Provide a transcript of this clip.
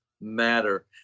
matter